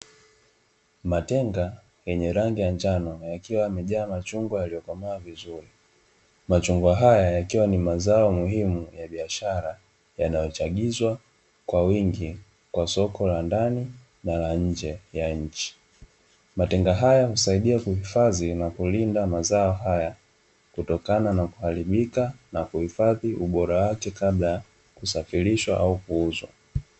Matenga yenye rangi ya njano, yakiwa yamejaa machungwa yaliyokomaa vizuri, machungwa haya ni mazao muhimu ya biashara yanayochagizwa kwa wingi kwa soko la ndani na la nje ya nchi. Matenga hayo husaidia kuhifadhi na kulinda mazao haya kutokana na kuharibika, na kuhifadhi ubora wake kabla ya kusafirishwa au kuuzwa.